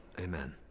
Amen